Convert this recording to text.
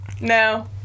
no